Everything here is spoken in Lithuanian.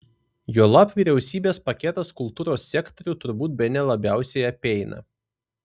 juolab vyriausybės paketas kultūros sektorių turbūt bene labiausiai apeina